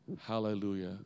Hallelujah